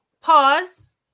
pause